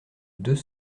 deux